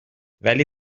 ولی